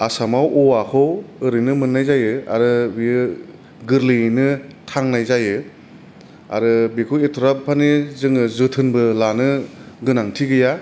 आसामाव औवाखौ ओरैनो मोननाय जायो आरो बियो गोर्लैयैनो थांनाय जायो आरो बेखौ एथराब मानि जोङो जोथोनबो लानो गोनांथि गैया